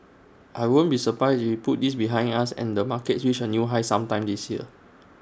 I won't be surprised if we put this behind us and the markets reach A new high sometime this year